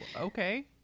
okay